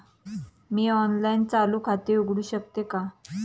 मी online चालू खाते उघडू शकते का?